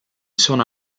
sono